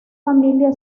familia